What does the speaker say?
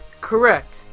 Correct